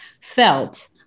felt